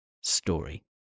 story